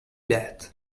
that